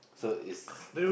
so is